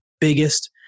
biggest